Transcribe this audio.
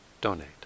donate